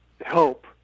help